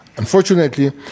Unfortunately